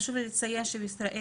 חשוב לי לציין שבישראל,